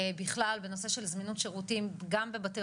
בכלל בנושא של זמינות שירותים גם בבתי